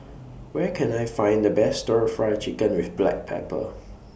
Where Can I Find The Best Stir Fry Chicken with Black Pepper